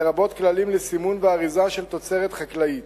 לרבות כללים לסימון ואריזה של תוצרת חקלאית,